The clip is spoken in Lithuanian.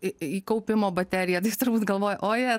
į į kaupimo bateriją tai jis turbūt galvoja o je